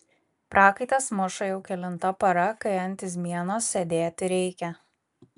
prakaitas muša jau kelinta para kai ant izmienos sėdėti reikia